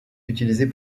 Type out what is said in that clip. utilisés